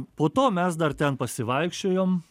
po to mes dar ten pasivaikščiojom